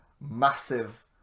massive